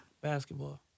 Basketball